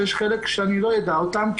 ויש חלק שאני לא יודע אותם,